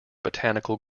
botanical